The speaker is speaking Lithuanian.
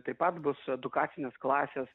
taip pat bus edukacinės klasės